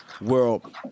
world